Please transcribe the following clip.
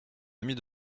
amies